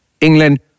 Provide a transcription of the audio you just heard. England